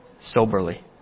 soberly